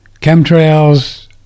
chemtrails